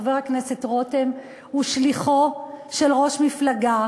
חבר הכנסת רותם הוא שליחו של ראש מפלגה